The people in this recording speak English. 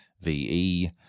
VE